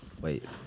Wait